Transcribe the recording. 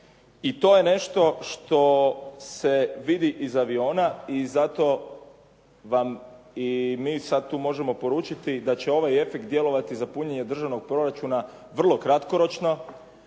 I to je nešto što se vidi iz aviona i zato vam i mi sad tu možemo poručiti da će ovaj efekt djelovati za punjenje državnog proračuna vrlo kratkoročno.